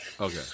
Okay